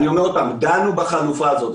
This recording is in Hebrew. אני אומר עוד פעם: דנו בחלופה הזאת.